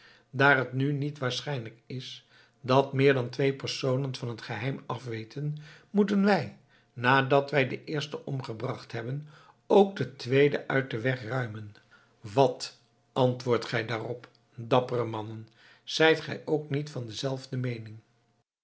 daar het nu niet waarschijnlijk is dat meer dan twee personen van het geheim afweten moeten wij nadat wij den eersten omgebracht hebben ook den tweeden uit den weg ruimen wat antwoordt gij daarop dappere mannen zijt gij ook niet van dezelfde meening